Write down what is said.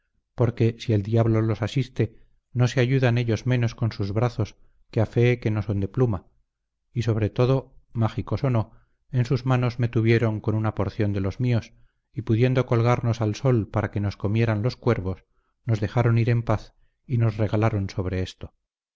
porque si el diablo los asiste no se ayudan ellos menos con sus brazos que a fe que no son de pluma y sobre todo mágicos o no en sus manos me tuvieron con una porción de los míos y pudiendo colgarnos al sol para que nos comieran los cuervos nos dejaron ir en paz y nos regalaron sobre esto